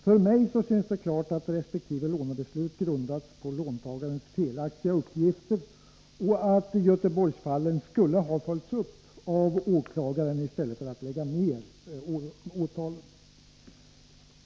För mig synes det klart att resp. lånebeslut har grundats på låntagarnas felaktiga uppgifter och att åklagaren skulle ha följt upp Göteborgsfallen och inte ha lagt ned åtalen.